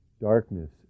darkness